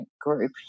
group